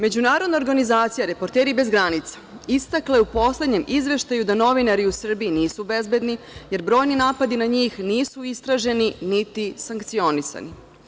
Međunarodna organizacija „Reporteri bez granica“ istaklo je u poslednjem izveštaju da novinari u Srbiji nisu bezbedni, jer brojni napadi na njih nisu istraženi, niti sankcionisani.